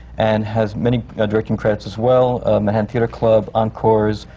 and has many directing credits as well manhattan theatre club, encores,